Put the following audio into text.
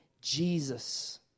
Jesus